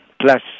plus